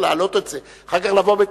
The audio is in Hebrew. להעלות את זה במקום לבוא אחר כך בטענה